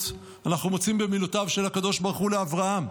אנחנו מוצאים במילותיו של הקדוש ברוך הוא לאברהם,